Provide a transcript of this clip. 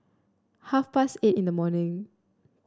half past eight in the morning